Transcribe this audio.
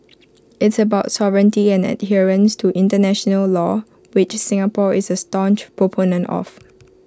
it's about sovereignty and adherence to International law which Singapore is A staunch proponent of